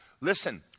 listen